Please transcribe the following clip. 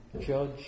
judge